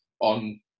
on